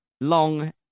long